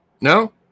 No